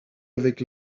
avec